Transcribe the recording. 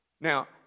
Now